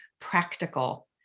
practical